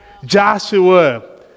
Joshua